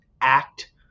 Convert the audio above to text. act